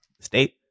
state